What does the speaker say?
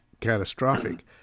catastrophic